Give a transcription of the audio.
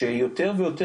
ויותר